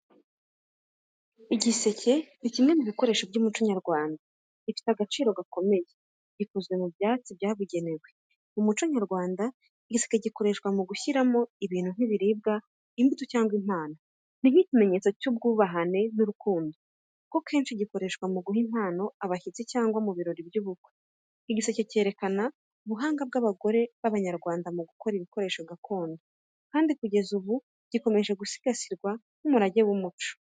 Igiseke ni kimwe mu bikoresho by’umuco nyarwanda gifite agaciro gakomeye. Gikozwe mu byatsi byabugenewe. Mu muco nyarwanda, igiseke gikoreshwa mu gushyiramo ibintu nk’ibiribwa, imbuto cyangwa impano. Ni n’ikimenyetso cy’ubwubahane n’urukundo, kuko kenshi gikoreshwa mu guha impano abashyitsi cyangwa mu birori by’ubukwe. Igiseke cyerekana ubuhanga bw’abagore b’Abanyarwanda mu gukora ibikoresho gakondo, kandi kugeza ubu gikomeje gusigasirwa nk’umurage w’umuco.